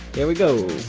here we go.